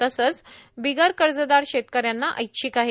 तसंच बिगर कर्जदार शेतकऱ्यांना ऐच्छिक आहे